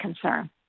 concern